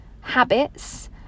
habits